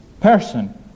person